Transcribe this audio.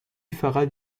فقط